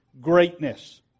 greatness